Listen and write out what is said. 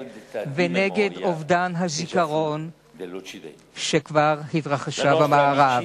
ונגד אובדן הזיכרון ההיסטורי של מדינות המערב.